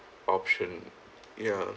option ya